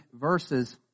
verses